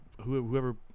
Whoever